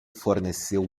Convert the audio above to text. forneceu